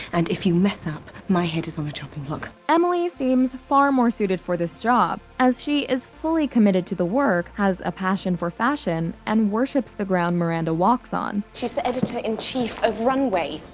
and if you mess up, my head is on the chopping block. emily seems far more suited for this job, as she is fully committed to the work, has a passion for fashion and worships the ground miranda walks on. she's the editor in chief of runway,